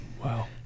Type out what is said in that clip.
Wow